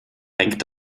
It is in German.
denk